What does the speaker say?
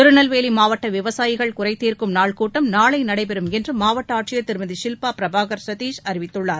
திருநெல்வேலி மாவட்ட விவசாயிகள் குறை தீர்க்கும் நாள் கூட்டம் நாளை நடைபெறும் என்று மாவட்ட ஆட்சியர் திருமதி ஷில்பா பிரபாகர் சத்தீஷ் அறிவித்துள்ளார்